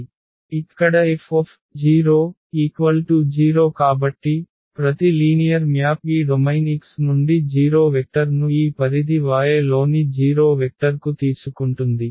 ఇక్కడ F 0 కాబట్టి ప్రతి లీనియర్ మ్యాప్ ఈ డొమైన్ X నుండి 0 వెక్టర్ ను ఈ పరిధి Y లోని 0 వెక్టర్ కు తీసుకుంటుంది